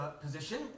position